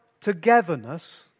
togetherness